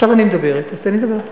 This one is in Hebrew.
עכשיו אני מדברת, אז תן לי לדבר.